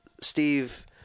Steve